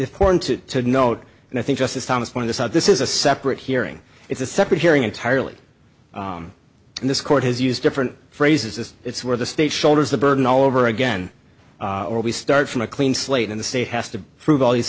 pointed to note and i think justice thomas pointed this out this is a separate hearing it's a separate hearing entirely and this court has used different phrases as it's where the state shoulders the burden all over again or we start from a clean slate in the state has to prove all these